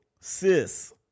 sis